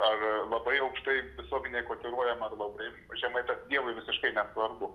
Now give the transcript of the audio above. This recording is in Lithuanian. ar labai aukštai tiesioginiai kotiruojamą ar labai žemai tas dievui visiškai nesvarbu